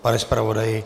Pane zpravodaji...